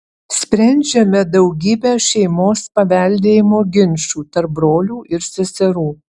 sprendžiame daugybę šeimos paveldėjimo ginčų tarp brolių ir seserų